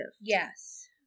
Yes